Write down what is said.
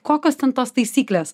kokios ten tos taisyklės